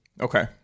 Okay